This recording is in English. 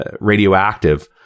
radioactive